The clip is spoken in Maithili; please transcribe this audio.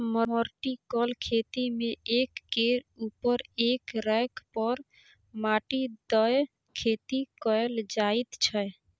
बर्टिकल खेती मे एक केर उपर एक रैक पर माटि दए खेती कएल जाइत छै